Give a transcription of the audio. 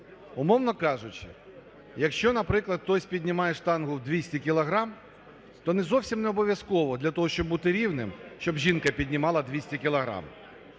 Умовно кажучи, якщо, наприклад, хтось піднімає штангу в 200 кілограм, то не зовсім не обов'язково для того, щоб бути рівним, щоб жінка піднімала 200 кілограм.